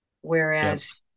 whereas